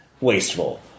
wasteful